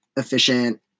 efficient